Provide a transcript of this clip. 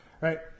right